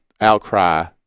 outcry